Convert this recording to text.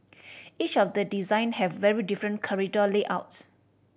each of the design have very different corridor layouts